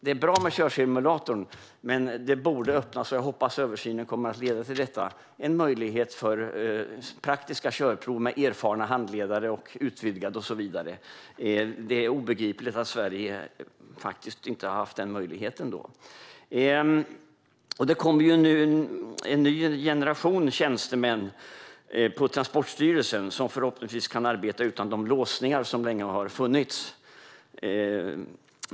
Det är bra med körsimulatorn, men det borde öppnas för praktiska körprov med erfarna handledare. Jag hoppas att översynen kommer att leda till detta. Det är obegripligt att den möjligheten inte har funnits i Sverige. Nu kommer en ny generation tjänstemän på Transportstyrelsen, som förhoppningsvis kan arbeta utan de låsningar som länge har funnits.